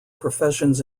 professions